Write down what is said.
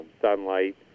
sunlight